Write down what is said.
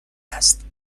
است